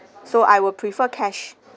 so I will prefer cash